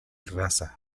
raza